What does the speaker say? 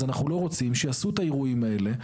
אז אנחנו לא רוצים שיעשו את האירועים האלה,